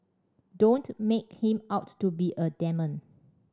don't make him out to be a demon